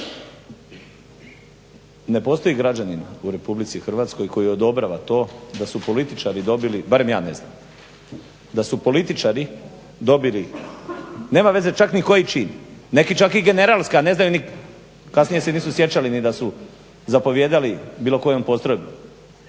Ne postoji građanin u RH koji odobrava to da su političari dobili, barem ja ne znam, da su političari dobili nema veze čak ni koji čin, neki čak i generalske a kasnije se nisu sjećali ni da su zapovijedali bilo kojom postrojbom.